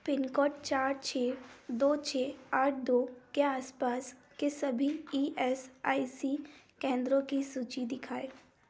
pin code चार छ दो छ आठ दो के आस पास के सभी ई ऐस आई सी केंद्रों की सूची दिखाएँ